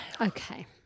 Okay